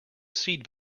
seed